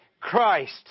Christ